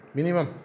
Minimum